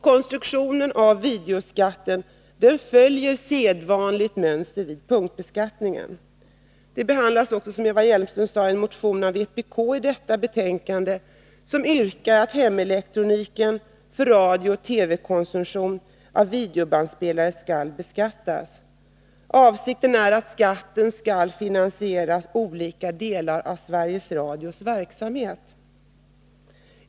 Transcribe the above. Konstruktionen av videoskatten följer sedvanligt mönster vid punktbeskattning. Det behandlas i detta betänkande också, som Eva Hjelmström sade, en partimotion av vpk, där man yrkar att annan hemelektronik för radiooch TV-konsumtion än videobandspelare skall beskattas. Avsikten är att skatten skall finansiera olika delar av Sveriges Radios verksamhet.